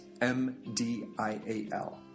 M-D-I-A-L